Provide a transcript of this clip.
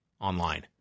online